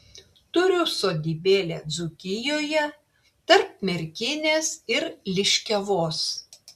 turiu sodybėlę dzūkijoje tarp merkinės ir liškiavos